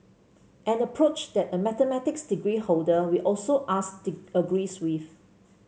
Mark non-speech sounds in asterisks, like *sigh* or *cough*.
an approach that a mathematics degree holder we also asked *unintelligible* agrees with